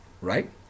right